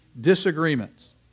disagreements